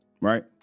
Right